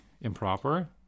improper